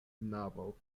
navo